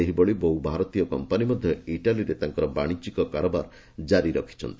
ସେହିଭଳି ବହୁ ଭାରତୀୟ କମ୍ପାନୀ ମଧ୍ୟ ଇଟାଲୀରେ ତାଙ୍କର ବାଣିଜ୍ୟିକ କାରବାର ଜାରି ରଖିଛନ୍ତି